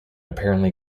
apparently